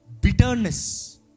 bitterness